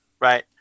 Right